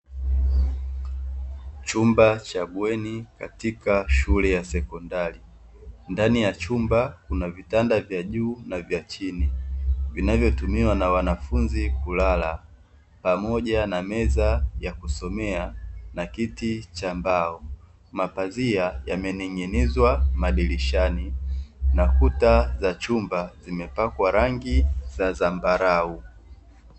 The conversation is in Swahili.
Chumba cha bweni katika shule ya sekondari, ndani ya chumba kuna vitanda vya juu na vya chini, vinavyotumiwa na wanafunzi kulala pamoja na meza ya kusomea na kiti cha mbao. Mapazia yamening'inizwa madirishani na kuta za chumba zimepakwa rangi za zambarau.